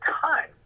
time